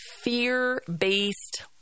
fear-based